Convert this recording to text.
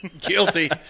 Guilty